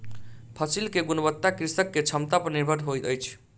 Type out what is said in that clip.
फसिल के गुणवत्ता कृषक के क्षमता पर निर्भर होइत अछि